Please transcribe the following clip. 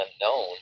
unknown